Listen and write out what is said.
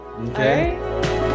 okay